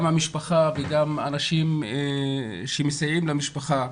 גם המשפחה וגם אנשים שמסייעים למשפחה.